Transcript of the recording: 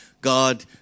God